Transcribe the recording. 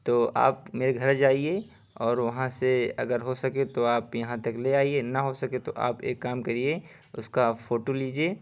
تو آپ میرے گھر جائیے اور وہاں سے اگر ہو سکے تو آؤ یہاں تک لے آئیے نا ہو سکے تو آپ ایک کام کریے اس کا فوٹو لیجیے